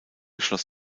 schloss